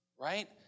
Right